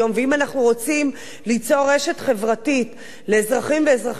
ואם אנחנו רוצים ליצור רשת חברתית לאזרחים ואזרחיות,